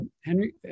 Henry